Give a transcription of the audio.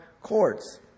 courts